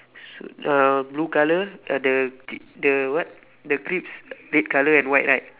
sod~ uh blue colour ah the the what the crisp red colour and white right